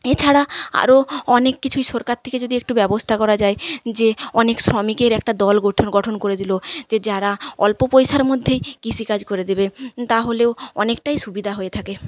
এছাড়া আরো অনেক কিছুই সরকার থেকে একটু যদি ব্যবস্থা করা যায় যে অনেক শ্রমিকের একটা দল গঠন গঠন করে দিলো যে যারা অল্প পয়সার মধ্যেই কৃষি কাজ করে দেবে তাহলেও অনেকটাই সুবিধা হয়ে থাকে